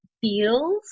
feels